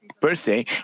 birthday